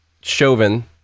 Chauvin